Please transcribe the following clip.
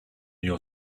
your